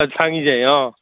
অঁ